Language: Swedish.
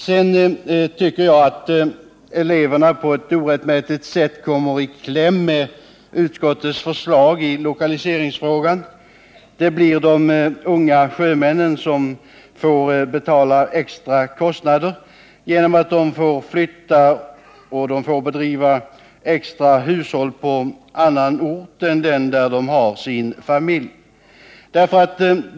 Jag tycker att eleverna på ett orättmätigt sätt kommer i kläm med utskottets förslag i lokaliseringsfrågan. De unga sjömännen åsamkas extra kostnader genom att de får flytta och skaffa sig eget hushåll på annan ort än den där de har sina familjer.